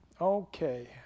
Okay